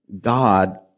God